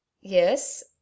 yes